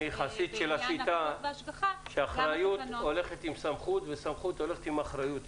אני חסיד של השיטה שהאחריות הולכת עם סמכות וסמכות הולכת עם אחריות.